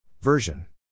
Version